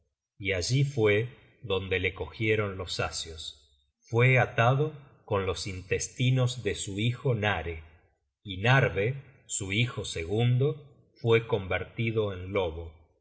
y allí fue donde le cogieron los asios fue atado con los intestinos de su hijo nare y narve su hijo segundo fue convertido en lobo